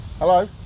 Hello